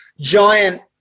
giant